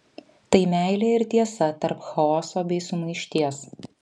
tai meilė ir tiesa tarp chaoso bei sumaišties